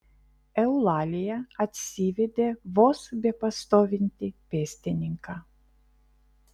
eulalija atsivedė vos bepastovintį pėstininką